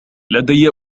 لدي